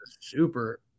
super